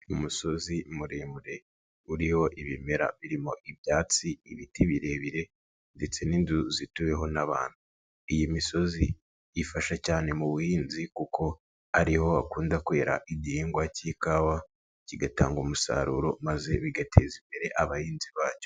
Umusozi muremure, uriho ibimera birimo ibyatsi ibiti birebire ndetse n'inzu zituweho n'abantu. Iyi misozi ifasha cyane mu buhinzi kuko ariho hakundara igihingwa cy'ikawa, kigatanga umusaruro maze bigateza imbere abahinzi bacyo.